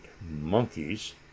monkeys